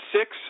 six